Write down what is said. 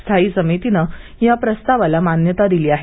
स्थायी समितीने या प्रस्तावाला मान्यता दिली आहे